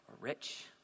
rich